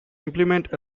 implement